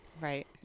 right